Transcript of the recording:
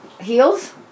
Heels